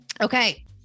Okay